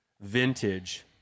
vintage